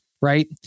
right